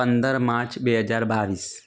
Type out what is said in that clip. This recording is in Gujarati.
પંદર માર્ચ બે હજાર બાવીસ